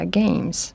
games